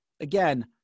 again